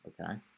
Okay